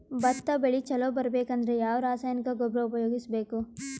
ಭತ್ತ ಬೆಳಿ ಚಲೋ ಬರಬೇಕು ಅಂದ್ರ ಯಾವ ರಾಸಾಯನಿಕ ಗೊಬ್ಬರ ಉಪಯೋಗಿಸ ಬೇಕು?